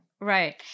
Right